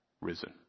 risen